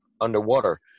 Underwater